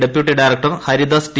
deputy director Haridas T